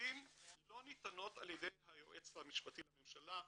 ולשופטים לא ניתנות על ידי היועץ המשפטי לממשלה,